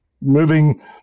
moving